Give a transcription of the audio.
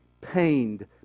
pained